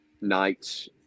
nights